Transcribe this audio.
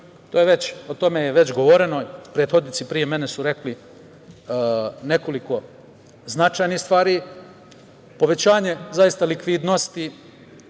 Kovida 19. O tome je već govoreno, prethodnici pre mene su rekli nekoliko značajnih stvari. Povećanje, zaista, likvidnosti